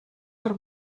per